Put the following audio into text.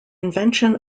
invention